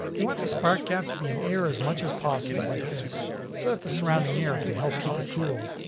you want the spark gap to be in air as much as possible like this so that the surrounding air can help keep it cool.